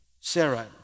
Sarah